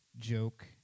joke